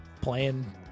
playing